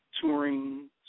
touring